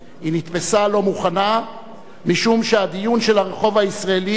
היא נתפסה לא מוכנה משום שהדיון של הרחוב הישראלי,